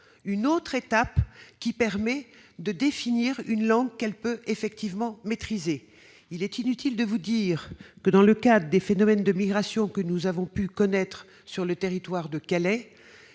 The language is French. une autre étape permet de définir une langue qu'elle peut effectivement maîtriser. Il est inutile de vous dire que, dans le contexte des phénomènes de migration que nous pouvons connaître sur le territoire de Calais,